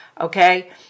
Okay